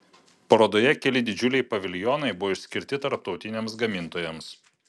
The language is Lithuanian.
parodoje keli didžiuliai paviljonai buvo išskirti tarptautiniams gamintojams